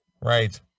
Right